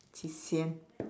qi xian